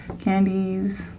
candies